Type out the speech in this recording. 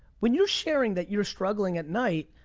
when you're sharing that you're struggling at night,